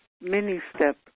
mini-step